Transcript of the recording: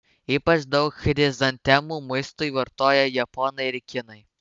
ypač daug chrizantemų maistui vartoja japonai ir kinai